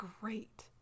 great